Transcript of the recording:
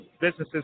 businesses